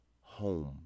home